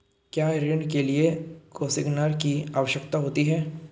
क्या ऋण के लिए कोसिग्नर की आवश्यकता होती है?